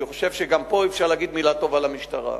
אני חושב שגם פה אפשר להגיד מלה טובה למשטרה.